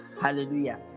hallelujah